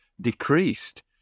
decreased